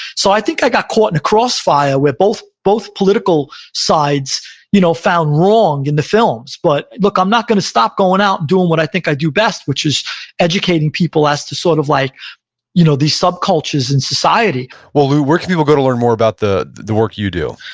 so i think i got caught in a crossfire, where both both political sides you know found wrong in the films. but look, i'm not going to stop going out and doing what i think i do best, which is educating people as to sort of like you know these subcultures in society well, lou, where can people go to learn more about the the work you do?